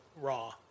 raw